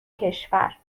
کشور